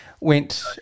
went